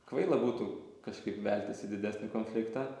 kvaila būtų kažkaip veltis į didesnį konfliktą